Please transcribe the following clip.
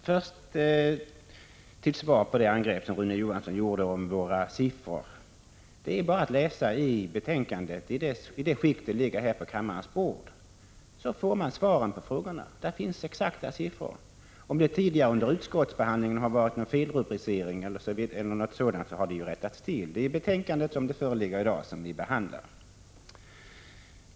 Herr talman! Först vill jag säga till svar på Rune Johanssons angrepp på våra siffror: Det är bara att läsa i betänkandet i det skick det ligger på kammarens bord! Där får man svaren på frågorna. Där finns exakta siffror. Om det under utskottsbehandlingen tidigare har varit någon felrubricering 27 e.d. har det ju rättats till. Det är betänkandet sådant det föreligger i dag som vi behandlar.